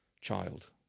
child